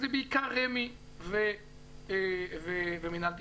וזה בעיקר רמ"י ומנהל תכנון,